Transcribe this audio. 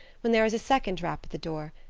when there was a second rap at the door.